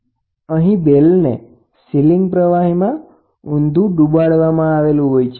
નામ સૂચવે છે તે રીતે અહીં બેલને સીલીંગ પ્રવાહીમાં ઊધુ ડુબાડવામા આવેલું હોય છે